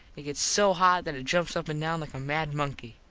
it gets so hot that it jumps up and down like a mad monkey.